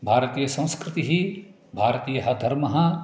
भारतीयसंस्कृतिः भारातीयः धर्मः